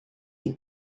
que